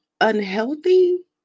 unhealthy